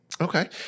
Okay